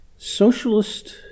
socialist